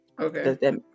okay